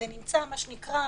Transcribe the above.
זה נמצא, מה שנקרא,